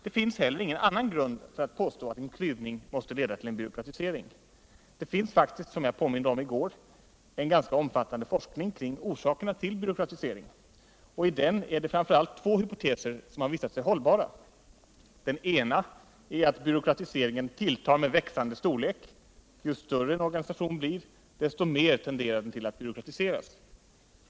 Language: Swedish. Det finns heller ingen annan grund för att påstå att en klyvning måste leda tillen byråkratisering. Det finns faktiskt, som jag påminde om i går, en ganska omfattande forskning kring orsakerna till byråkratisering, och i den är det framför allt två hypoteser som visat sig hållbara. Den ena är att byråkratiseringen tilltar med växande storlek — ju större en organisation blir, desto mer tenderar den till att byråkratiseras.